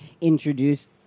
introduced